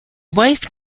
wife